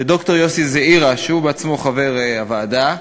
של ד"ר יוסי זעירא, שהוא בעצמו חבר הוועדה,